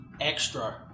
extra